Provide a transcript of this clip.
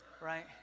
Right